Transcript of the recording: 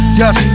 yes